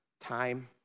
time